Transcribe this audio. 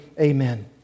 Amen